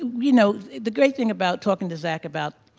you know, the great thing about talking to zac about,